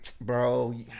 Bro